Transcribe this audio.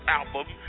album